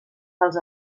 pels